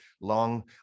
long